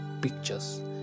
pictures